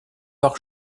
par